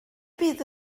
bydd